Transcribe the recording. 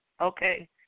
Okay